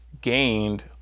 gained